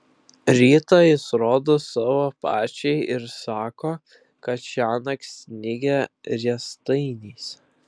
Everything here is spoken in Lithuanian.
rytą jis rodo savo pačiai ir sako kad šiąnakt snigę riestainiais